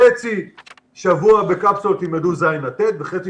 חצי שבוע בקפסולות ילמדו ז' עד ט' וחצי